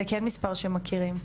זה כן מספר שהם מכירים.